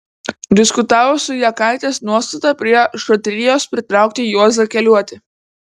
diskutavo su jakaitės nuostata prie šatrijos pritraukti juozą keliuotį